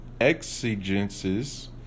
exigences